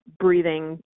breathing